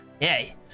Yay